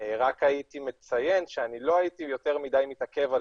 רק הייתי מציין שאני לא הייתי יותר מדי מתעכב על